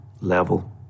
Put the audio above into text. level